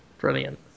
brilliant